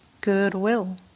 Goodwill